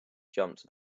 jumped